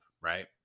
right